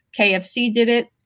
kfc did it.